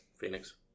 Phoenix